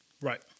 Right